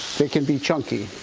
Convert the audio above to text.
but can be chunky.